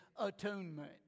atonement